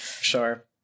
Sure